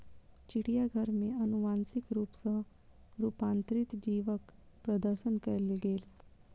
चिड़ियाघर में अनुवांशिक रूप सॅ रूपांतरित जीवक प्रदर्शन कयल गेल